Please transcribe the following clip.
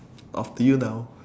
off to you now